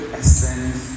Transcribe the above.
essence